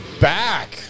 back